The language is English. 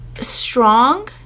strong